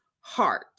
heart